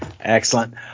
Excellent